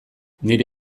nire